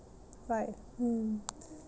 right mm